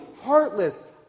heartless